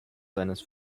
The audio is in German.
seines